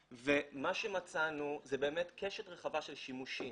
מצאנו קשת רחבה של שימושים.